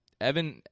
Evan